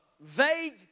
vague